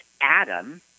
Adam